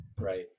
Right